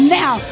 now